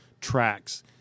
tracks